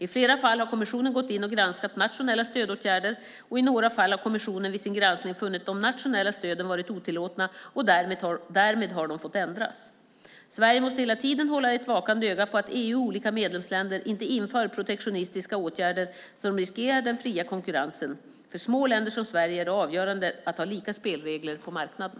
I flera fall har kommissionen gått in och granskat nationella stödåtgärder, och i några fall har kommissionen vid sin granskning funnit de nationella stöden vara otillåtna, och därmed har de fått ändras. Sverige måste hela tiden hålla ett vakande öka på att EU och olika medlemsländer inte inför protektionistiska åtgärder som riskerar den fria konkurrensen. För små länder som Sverige är det avgörande att ha lika spelregler på marknaden.